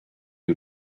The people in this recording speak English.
you